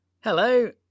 Hello